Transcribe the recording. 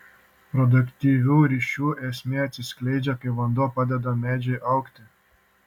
produktyvių ryšių esmė atsiskleidžia kai vanduo padeda medžiui augti